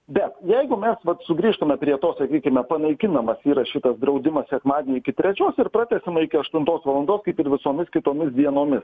bet jeigu mes vat sugrįžtume prie to sakykime panaikinamas yra šitas draudimas sekmadienį iki trečios ir pratęsiama iki aštuntos valandos kaip ir visomis kitomis dienomis